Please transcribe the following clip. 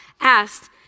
asked